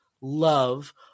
love